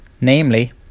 namely